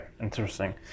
interesting